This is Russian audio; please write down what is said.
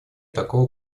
такого